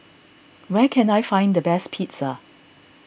where can I find the best Pizza